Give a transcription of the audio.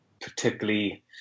particularly